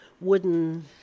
Wooden